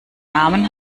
namen